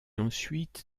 ensuite